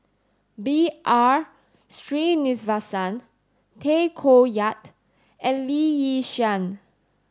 B R Sreenivasan Tay Koh Yat and Lee Yi Shyan